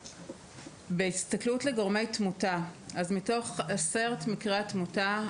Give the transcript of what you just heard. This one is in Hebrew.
בהסתכלות על גורמי תמותה: מתוך עשרת מקרי התמותה,